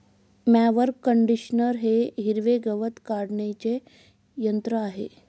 mower conditioner हे हिरवे गवत काढणीचे यंत्र आहे